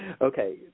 Okay